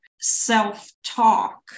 Self-talk